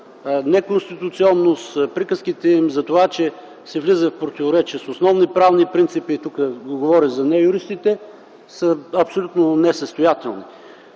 неконституционност, приказките им за това, че се влиза в противоречие с основни правни принципи, тук не говоря за неюристите, са абсолютно несъстоятелни.